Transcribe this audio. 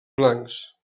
blancs